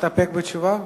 להסתפק בתשובה?